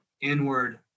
inward